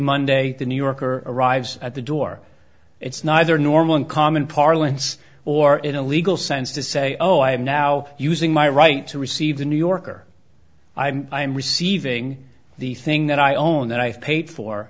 monday the new yorker arrives at the door it's neither normal in common parlance or in a legal sense to say oh i am now using my right to receive the new yorker i am receiving the thing that i own that i've paid for